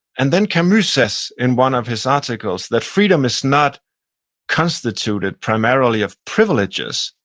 and then camus says in one of his articles that freedom is not constitutes primarily of privileges,